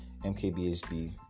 MKBHD